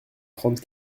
trente